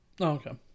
okay